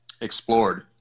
explored